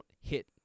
hit